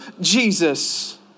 Jesus